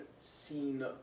seen